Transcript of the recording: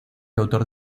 autor